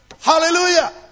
Hallelujah